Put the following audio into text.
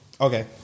Okay